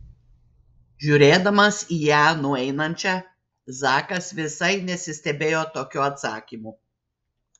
žiūrėdamas į ją nueinančią zakas visai nesistebėjo tokiu atsakymu